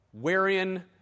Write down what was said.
Wherein